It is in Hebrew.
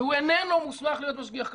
והוא איננו מוסמך להיות משגיח כשרות.